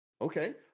Okay